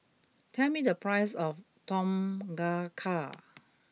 tell me the price of Tom Kha Car